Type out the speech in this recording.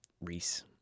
Reese